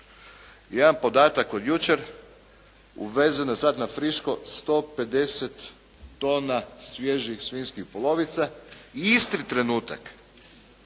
Jedan podatak od jučer. Uvezeno je sad na friško 150 tona svježih svinjskih polovica i isti trenutak